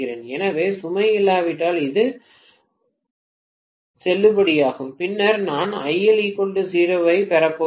எனவே சுமை இல்லாவிட்டால் இது செல்லுபடியாகும் பின்னர் நான் IL 0 ஐ பெறப்போகிறேன்